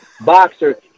boxer